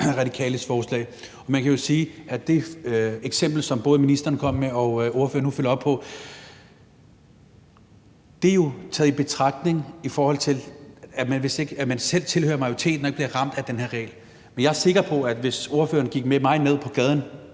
Man kan jo sige, at det eksempel, som ministeren kom med og ordføreren nu følger op på, jo er, i forhold til at man selv tilhører majoriteten og ikke bliver ramt af den her regel. Jeg er sikker på, at hvis ordføreren gik med mig ned på gaden